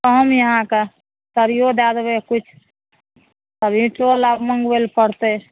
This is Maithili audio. कहब अहाँके सरिओ दै देबै किछु इँटो मङ्गबै लै पड़तै